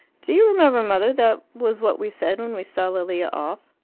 do you remember, mother, that was what we said when we saw lilia off?